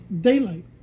daylight